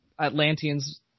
Atlanteans